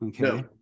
okay